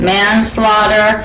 Manslaughter